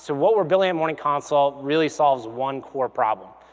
so what we're building at morning consult really solves one core problem,